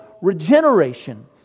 regeneration